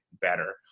better